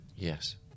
Yes